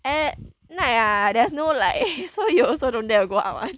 at night ah there's no light so you also don't dare to go out [one]